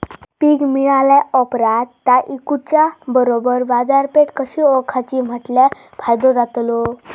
पीक मिळाल्या ऑप्रात ता इकुच्या बरोबर बाजारपेठ कशी ओळखाची म्हटल्या फायदो जातलो?